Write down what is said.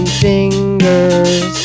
fingers